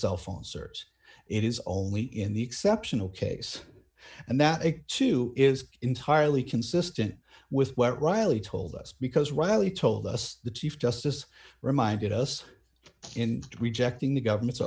cell phone service it is only in the exceptional case and that it too is entirely consistent with what riley told us because riley told us the chief justice reminded us in rejecting the government's